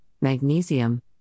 magnesium